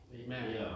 Amen